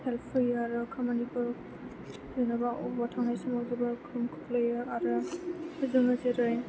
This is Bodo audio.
हेल्प होयो आरो खामानिफोर जेनेबा बबेयावबा थांनाय समाव जोबोद गोहोम खोख्लैयो आरो जोङो जेरै